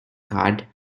card